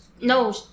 no